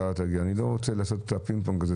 אני לא רוצה לעשות את הפינג-פונג הזה.